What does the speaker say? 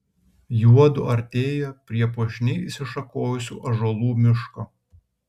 juodu artėjo prie puošniai išsišakojusių ąžuolų miško